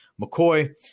McCoy